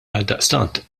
għaldaqstant